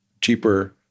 cheaper